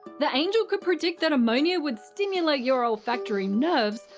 the angel could predict that ammonia would stimulate your olfactory nerves,